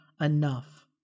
enough